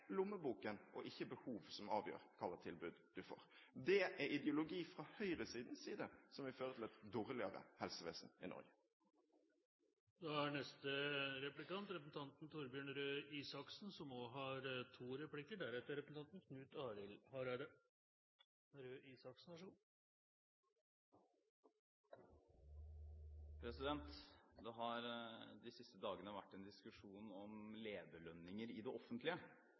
lommeboken og ikke behov som avgjør hva slags tilbud vi får. Det er ideologi fra høyresiden som vil føre til et dårligere helsevesen i Norge. Det har de siste dagene vært en diskusjon om lederlønninger i det offentlige,